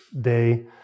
day